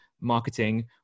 marketing